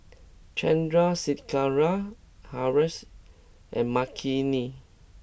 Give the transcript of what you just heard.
Chandrasekaran Haresh and Makineni